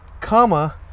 comma